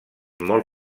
molt